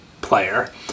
player